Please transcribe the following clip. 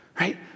Right